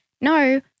No